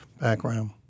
background